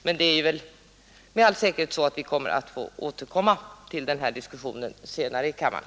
Men vi får väl med all säkerhet senare återkomma till den här diskussionen i kammaren.